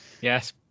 Yes